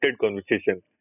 conversation